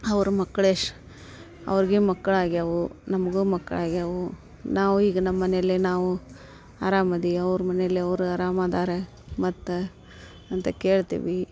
ಅವ್ರ ಮಕ್ಳು ಎಶ್ ಅವ್ರಿಗೆ ಮಕ್ಳಾಗಿವೆ ನಮಗೂ ಮಕ್ಳಾಗಿವೆ ನಾವು ಈಗ ನಮ್ಮ ಮನೆಯಲ್ಲೆ ನಾವು ಅರಾಮ ಇದೀವಿ ಅವ್ರ ಮನೆಲ್ಲಿ ಅವರು ಅರಾಮ ಇದ್ದಾರೆ ಮತ್ತು ಅಂತ ಕೇಳ್ತೀವಿ